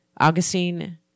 Augustine